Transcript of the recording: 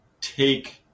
take